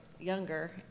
younger